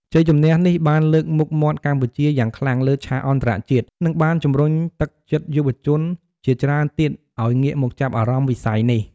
ជ័យជម្នះនេះបានលើកមុខមាត់កម្ពុជាយ៉ាងខ្លាំងលើឆាកអន្តរជាតិ និងបានជំរុញទឹកចិត្តយុវជនជាច្រើនទៀតឲ្យងាកមកចាប់អារម្មណ៍វិស័យនេះ។